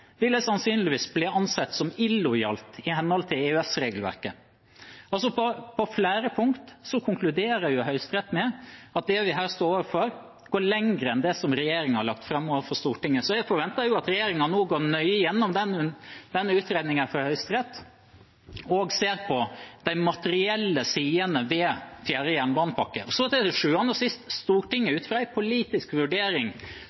sannsynligvis ville bli ansett som illojal i henhold til EØS-regelverket. På flere punkt konkluderer Høyesterett med at det vi her står overfor, går lenger enn det som regjeringen har lagt fram for Stortinget, så jeg forventer at regjeringen nå går nøye gjennom denne utredningen fra Høyesterett og ser på de materielle sidene ved fjerde jernbanepakke. Så er det til sjuende og sist Stortinget,